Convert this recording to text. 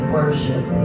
worship